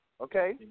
okay